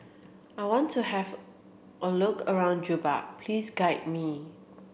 I want to have a look around Juba please guide me